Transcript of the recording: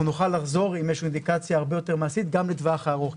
אנחנו נוכל לחזור עם איזושהי אינדיקציה הרבה יותר מעשית גם לטווח הארוך,